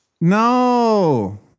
No